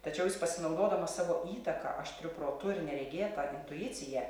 tačiau jis pasinaudodamas savo įtaka aštriu protu ir neregėta intuicija